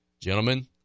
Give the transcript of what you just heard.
Gentlemen